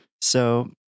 So-